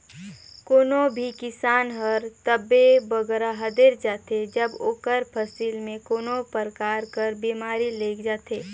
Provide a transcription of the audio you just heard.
कोनो भी किसान हर तबे बगरा हदेर जाथे जब ओकर फसिल में कोनो परकार कर बेमारी लइग जाथे